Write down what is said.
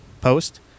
post